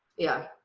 yeah,